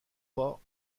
pas